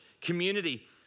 community